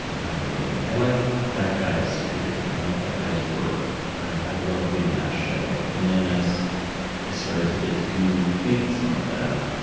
i was like i like that guy's career, i like that guy's work, i'd love to be on that show. and then as i started to get to do things like that,